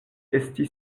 esti